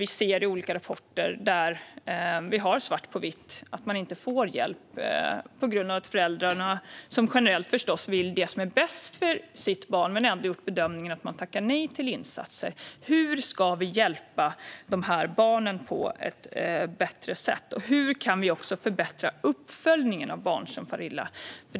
I olika rapporter har vi svart på vitt att vissa barn inte får hjälp på grund av att föräldrarna, som generellt förstås vill det som är bäst för deras barn, har gjort bedömningen att de ska tacka nej till insatser. Vad gör vi med de barnen? Hur ska vi hjälpa de barnen på ett bättre sätt? Hur kan vi förbättra uppföljningen av barn som far illa?